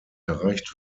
erreicht